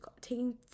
taking